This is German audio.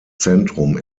zentrum